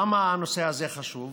למה הנושא הזה חשוב?